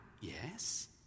Yes